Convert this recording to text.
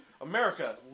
America